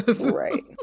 Right